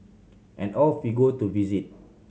and off we go to visit